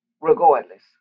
regardless